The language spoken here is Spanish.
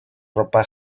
ropa